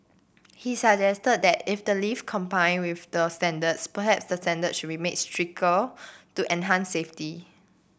he suggested that if the lift complied with the standards perhaps the standards should be made stricter to enhance safety